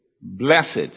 Blessed